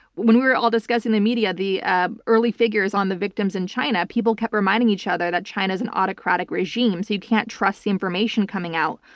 when we were all discussing in the media the ah early figures on the victims in china, people kept reminding each other that china is an autocratic regime so you can't trust the information coming out.